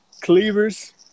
Cleaver's